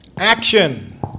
Action